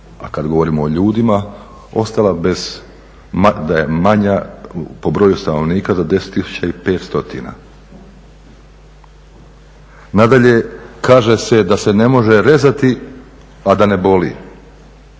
a kad govorimo o ljudima ostala bez, da je manja po broju stanovnika za 10500. Nadalje, kaže se da ne može rezati a da ne boli.